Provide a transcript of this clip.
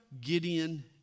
Gideon